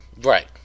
Right